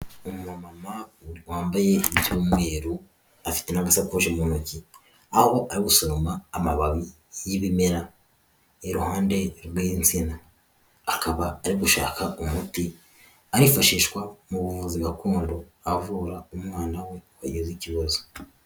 Umumama wambaye iby'umweru, afite n'agashakoshi mu ntoki, aho ari gusoroma amababi y'ibimera iruhande rw'insina, akaba ari gushaka umuti arifashisha mu buvuzi gakondo, avura umwana we wagize ikibazo.